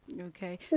Okay